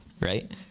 Right